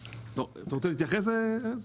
אתה רוצה להתייחס, ארז?